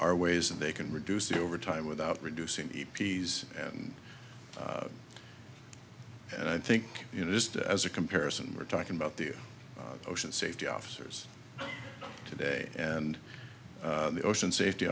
are ways that they can reduce overtime without reducing the p s and and i think you know just as a comparison we're talking about the ocean safety officers today and the ocean safety